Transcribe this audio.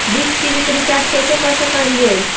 Dish TV के रिचार्ज कैसे कर सक हिय?